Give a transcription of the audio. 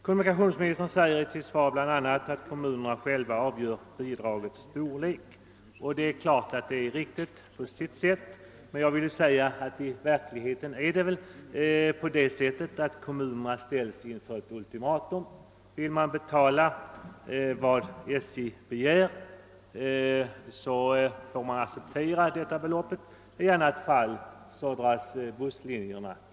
Kommunikationsministern säger i sitt svar bl.a.: >»Kommunerna själva avgör bidragens storlek ——-—.« Det är ju riktigt på sitt sätt, men i verkligheten är det väl så att kommunerna ställs inför ett ultimatum: antingen betalar de vad SJ begär — eller också slopas busslinjen.